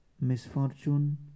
misfortune